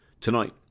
Tonight